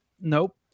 nope